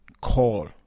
call